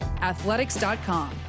athletics.com